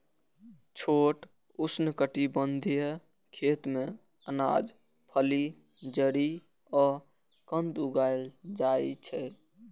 छोट उष्णकटिबंधीय खेत मे अनाज, फली, जड़ि आ कंद उगाएल जाइ छै